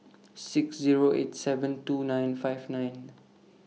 six Zero eight seven two nine five nine